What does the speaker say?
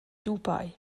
dubai